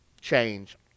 Change